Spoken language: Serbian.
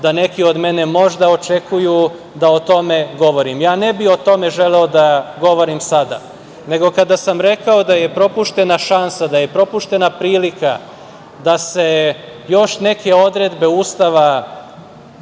da neki od mene možda očekuju da o tome govorim. Ne bih o tome želeo da govorim sada, nego kada sam rekao da je propuštena šansa, da je propuštena prilika da se još neke odredbe Ustava